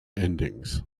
endings